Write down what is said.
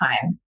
time